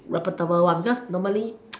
reputable one because normally